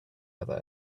other